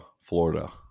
Florida